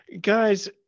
Guys